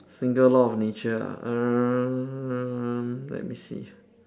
single law of nature err let me see